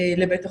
לבית החולים.